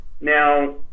Now